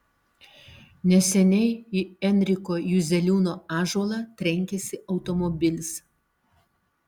neseniai į enriko juzeliūno ąžuolą trenkėsi automobilis